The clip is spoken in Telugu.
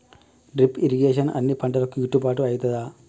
డ్రిప్ ఇరిగేషన్ అన్ని పంటలకు గిట్టుబాటు ఐతదా?